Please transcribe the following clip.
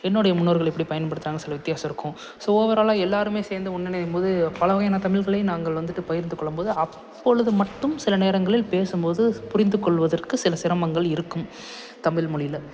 என்னுடைய முன்னோர்கள் எப்படி பயன்படுத்துனாங்கன்னு சில வித்தியாசம் இருக்கும் ஸோ ஓவராலாக எல்லாருமே சேர்ந்து ஒன்று இணையும் போது பலவகையான தமிழ்களையும் நாங்கள் வந்துட்டு பகிர்ந்து கொள்ளும் போது அப்பொழுது மட்டும் சில நேரங்களில் பேசும் போது புரிந்து கொள்வதற்கு சில சிரமங்கள் இருக்கும் தமிழ் மொழியில்